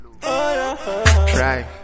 Try